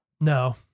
No